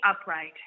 Upright